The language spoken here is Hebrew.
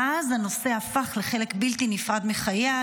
מאז הנושא הפך לחלק בלתי נפרד מחייה,